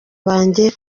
banjye